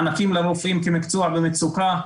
מענקים לרופאים כמקצוע במצוקה,